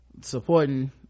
supporting